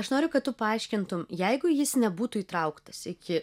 aš noriu kad tu paaiškintum jeigu jis nebūtų įtrauktas iki